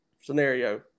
scenario